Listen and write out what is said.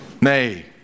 Nay